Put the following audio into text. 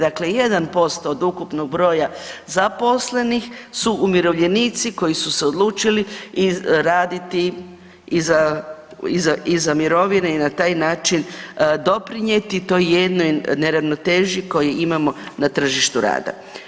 Dakle 1% od ukupnog broja zaposlenih su umirovljenici koji su se odlučili raditi iza mirovine i na taj način doprinijeti toj jednoj neravnoteži koju imamo na tržištu rada.